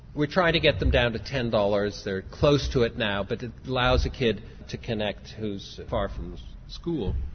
we try to get them down to ten dollars, they are close to it now but it allows the kid to connect who's far from school.